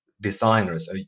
designers